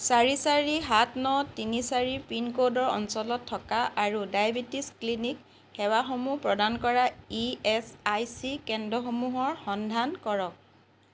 চাৰি চাৰি সাত ন তিনি চাৰি পিনক'ডৰ অঞ্চলত থকা আৰু ডায়েবেটিছ ক্লিনিক সেৱাসমূহ প্ৰদান কৰা ই এছ আই চি কেন্দ্ৰসমূহৰ সন্ধান কৰক